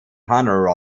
honour